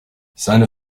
seine